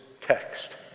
text